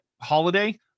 holiday